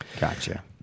gotcha